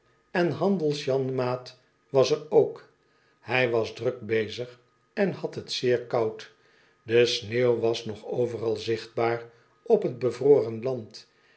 en handels janmaat was er ook hij was druk bezig en had t zeer koud de sneeuw was nog overal zichtbaar op t bevroren land